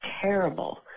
terrible